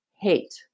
hate